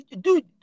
dude